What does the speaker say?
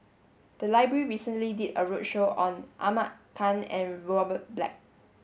the library recently did a roadshow on Ahmad Khan and Robert Black